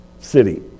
city